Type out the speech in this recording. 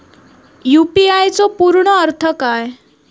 UPI चो पूर्ण अर्थ काय?